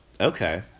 okay